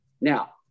Now